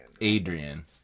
Adrian